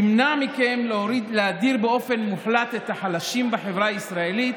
ימנע מכם להדיר באופן מוחלט את החלשים בחברה הישראלית